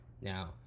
Now